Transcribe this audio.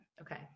Okay